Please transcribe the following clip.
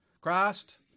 Christ